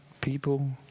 people